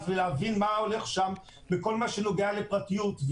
ולהבין מה קורה שם בכל מה שנוגע לפרטיות.